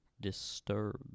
disturb